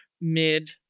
mid